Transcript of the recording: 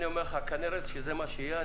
כנראה שזה מה שיהיה .